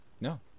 no